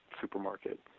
supermarket